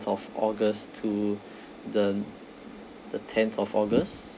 of august to the the tenth of august